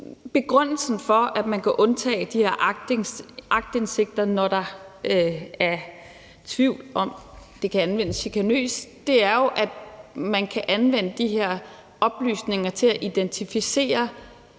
Begrundelsen for, at man kan undtage fra retten til de her aktindsigter, når der er tvivl om, om det kan anvendes chikanøst, er jo, at man kan anvende de her oplysninger til at identificere